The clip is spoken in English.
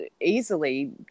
easily